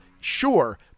Sure